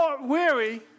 weary